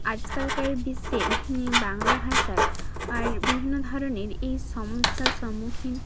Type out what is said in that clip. আজকালকার বিশ্বে বাংলা ভাষার আর বিভিন্ন ধরনের এই সমস্যার সম্মুখীন